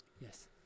Yes